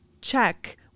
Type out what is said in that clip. check